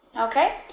Okay